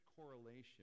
correlation